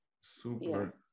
super